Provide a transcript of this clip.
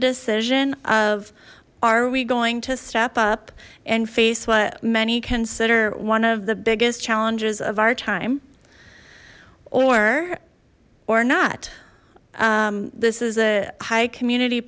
decision of are we going to step up and face what many consider one of the biggest challenges of our time or or not this is a high community